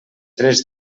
tres